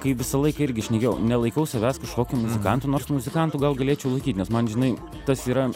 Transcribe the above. kai visąlaik irgi šnekėjau nelaikau savęs kažkokiu muzikantu nors muzikantu gal galėčiau laikyt nes man žinai tas yra